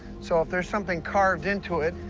so if there's something carved into it,